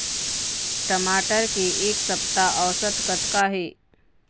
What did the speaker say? टमाटर के एक सप्ता औसत कतका हे?